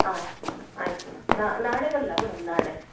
ಆಯ್ತು ಮೇಡಮ್ ಆಯ್ತು ಮೇಡಮ್ ನಾಳೆ ಬರಲಾ ಮೇಡಮ್ ನಾಳೆ